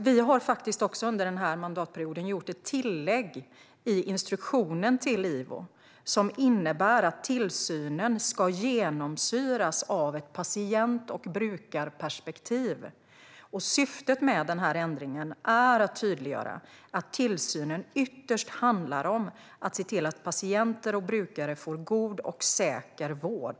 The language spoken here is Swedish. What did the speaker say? Vi har också under mandatperioden gjort ett tillägg i instruktionen till IVO som innebär att tillsynen ska genomsyras av ett patient och brukarperspektiv. Syftet med ändringen är att tydliggöra att tillsynen ytterst handlar om att se till att patienter och brukare får god och säker vård.